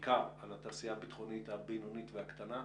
בעיקר על התעשייה הביטחונית הבינונית והקטנה,